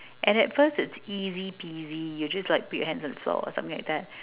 and at first it's easy peasy you just like put your hands on the floor or something like that